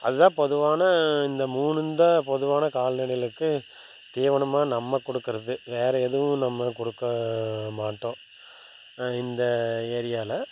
அதுதான் பொதுவான இந்த மூணும்தான் பொதுவான கால்நடைகளுக்கு தீவனமாக நம்ம கொடுக்குறது வேறு எதுவும் நம்ம கொடுக்க மாட்டோம் இந்த ஏரியாவில்